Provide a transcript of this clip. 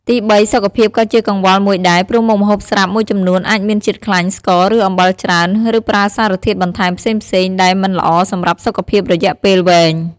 ទីបី សុខភាពក៏ជាកង្វល់មួយដែរ ព្រោះមុខម្ហូបស្រាប់មួយចំនួនអាចមានជាតិខ្លាញ់ ស្ករ ឬអំបិលច្រើន ឬប្រើសារធាតុបន្ថែមផ្សេងៗ ដែលមិនល្អសម្រាប់សុខភាពរយៈពេលវែង។